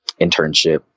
internship